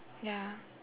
ya